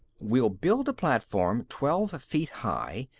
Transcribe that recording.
we'll build a platform twelve feet high.